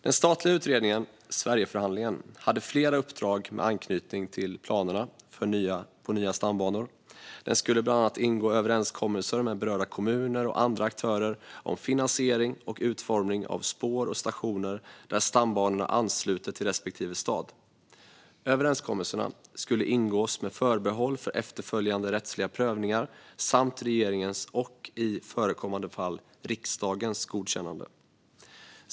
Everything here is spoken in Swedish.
Den statliga utredningen Sverigeförhandlingen hade flera uppdrag med anknytning till planerna på nya stambanor. Den skulle bland annat ingå överenskommelser med berörda kommuner och andra aktörer om finansiering och utformning av spår och stationer där stambanorna ansluter till respektive stad. Överenskommelserna skulle ingås med förbehåll för efterföljande rättsliga prövningar samt regeringens och i förekommande fall riksdagens godkännande.